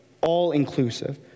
all-inclusive